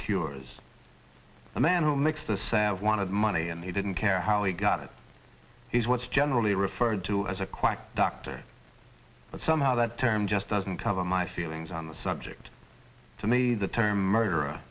cures a man who makes the sad one of money and he didn't care how he got it is what's generally referred to as a quack doctor but somehow that term just doesn't cover my feelings on the subject to me the term murder